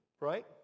right